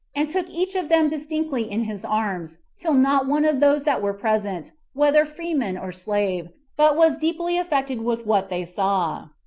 and took each of them distinctly in his arms, till not one of those that were present, whether free-man or slave, but was deeply affected with what they saw.